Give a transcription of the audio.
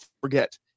forget